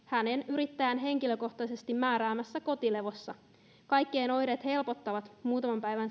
yrittäjän henkilökohtaisesti määräämässä kotilevossa kaikkien oireet helpottavat muutaman päivän